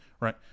right